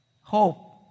hope